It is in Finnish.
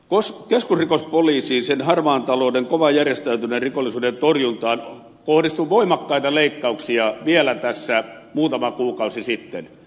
keskusrikospoliisiin sen harmaan talouden kovan järjestäytyneen rikollisuuden torjuntaan kohdistui voimakkaita leikkauksia vielä tässä muutama kuukausi sitten